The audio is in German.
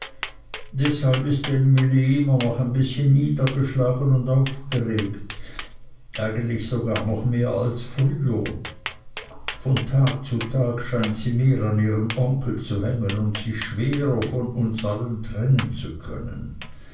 deshalb ist emly immer noch ein bißchen niedergeschlagen und aufgeregt eigentlich sogar noch mehr als früher von tag zu tag scheint sie mehr an ihrem onkel zu hängen und sich schwerer von uns allen trennen zu können